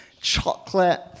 chocolate